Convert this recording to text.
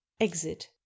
Exit